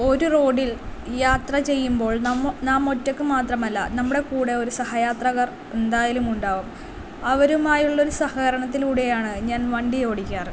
ഒരു റോഡിൽ യാത്ര ചെയ്യുമ്പോൾ നമ്മൾ നാം ഒറ്റക്ക് മാത്രമല്ല നമ്മുടെ കൂടെ ഒരു സഹയാത്രകർ എന്തായാലും ഉണ്ടാകും അവരുമായുള്ളൊരു സഹകരണത്തിലൂടെയാണ് ഞാൻ വണ്ടി ഓടിക്കാറ്